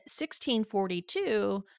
1642